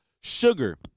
sugar